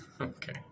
Okay